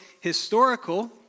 historical